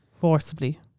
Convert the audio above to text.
forcibly